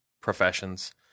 professions